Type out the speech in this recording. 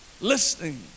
Listening